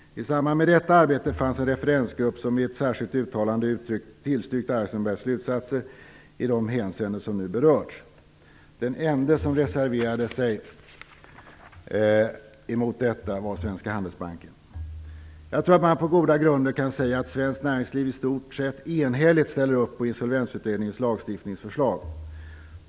I samband med detta arbete fanns en referensgrupp som i ett särskilt uttalande tillstyrkte Eisenbergs slutsatser i de hänseenden som nu berörts. Det vara bara Svenska Jag tror att man på goda grunder kan säga att svenskt näringsliv i stort sett enhälligt ställer upp på Insolvensutredningens lagstiftningsförslag.